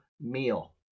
meal